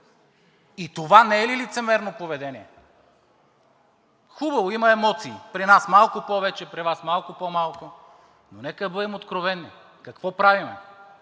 И това не е ли лицемерно поведение?! Хубаво, има емоции – при нас малко повече, при Вас малко по-малко, но нека да бъдем откровени. Какво правим?